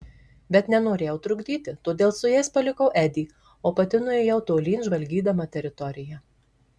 bet nenorėjau trukdyti todėl su jais palikau edį o pati nuėjau tolyn žvalgydama teritoriją